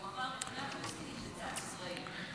הוא אמר: מדינה פלסטינית לצד ישראל.